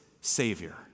Savior